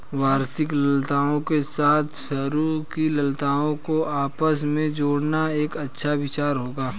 वार्षिक लताओं के साथ सरू की लताओं को आपस में जोड़ना एक अच्छा विचार होगा